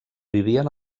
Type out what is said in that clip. vivien